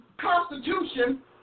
constitution